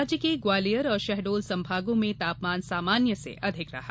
राज्य के ग्वालियर और शहडोल संभागों में तापमान सामान्य से अधिक रहा